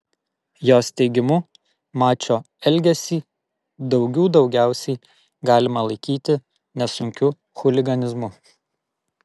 jos teigimu mačio elgesį daugių daugiausiai galima laikyti nesunkiu chuliganizmu